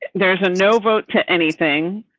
there's a no vote to anything.